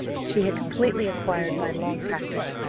she had completely acquired by long practice.